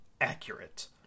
accurate